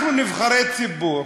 אנחנו נבחרי ציבור.